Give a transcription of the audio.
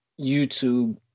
YouTube